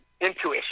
intuition